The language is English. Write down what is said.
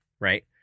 right